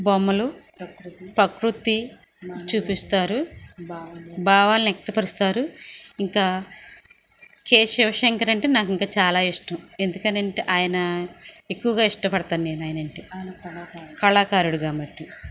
బొమ్మలు ప్రకృతి చూపిస్తారు భావాలని వ్యక్తపరుస్తారు ఇంకా కే శివ శంకర్ అంటే నాకు ఇంక చాలా ఇష్టం ఎందుకు అని అంటే ఆయన ఎక్కువగా ఇష్టపడతాను నేను ఆయన అంటే కళాకారుడు కాబట్టి